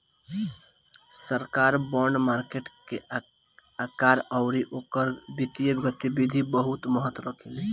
सरकार bond market के आकार अउरी ओकर वित्तीय गतिविधि बहुत महत्व रखेली